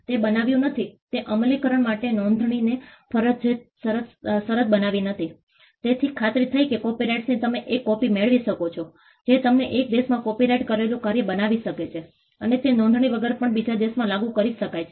તે બનાવ્યું નથી તે અમલીકરણ માટે નોંધણીને ફરજિયાત શરત બનાવી નથી જેથી ખાતરી થઈ કે કોપિરાઇટ્સની તમે એક કોપિ મેળવી શકો છો જે તમને એક દેશમાં કોપિરાઇટ કરેલું કાર્ય બનાવી શકે છે અને તે નોંધણી વગર પણ બીજા દેશમાં લાગુ કરી શકાય છે